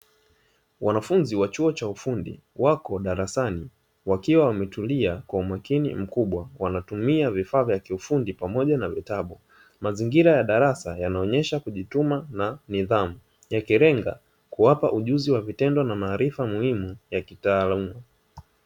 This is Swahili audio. Wanafunzi wa chuo cha ufundi wako darasani wakiwa wametulia kwa umakini mkubwa wanatumia vifaa vya kiufundi pamoja na vitabu, mazingira ya darasa yanaonyesha kujituma na nidhamu yakilenga kuwapa ujuzi wa vitendo na maarifa muhimu ya kitaaluma.